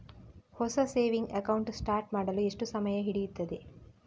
ಹೊಸ saving account start ಮಾಡಲು ಎಷ್ಟು ಸಮಯ ಹಿಡಿಯುತ್ತದೆ?